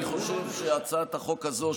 אני חושב שהצעת החוק הזו,